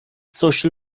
social